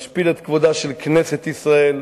משפיל את כבודה של כנסת ישראל,